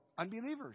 Unbelievers